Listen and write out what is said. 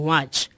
Watch